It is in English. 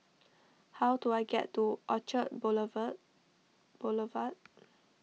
how do I get to Orchard Boulevard